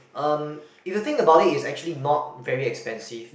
um if you think about it it's actually not very expensive